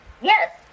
Yes